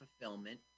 fulfillment